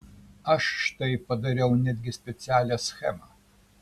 aš štai padariau netgi specialią schemą